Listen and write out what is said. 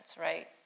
right